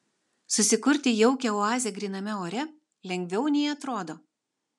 susikurti jaukią oazę gryname ore lengviau nei atrodo